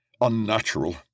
unnatural